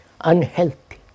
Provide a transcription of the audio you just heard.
unhealthy